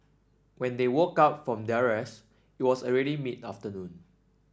when they woke up from their rest it was already mid afternoon